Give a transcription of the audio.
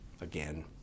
again